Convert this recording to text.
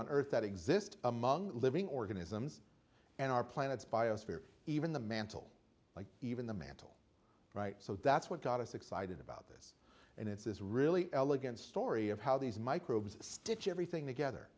on earth that exist among living organisms and our planet's biosphere even the mantle like even the mantle right so that's what got us excited about this and it's this really elegant story of how these microbes stitch everything together